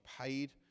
paid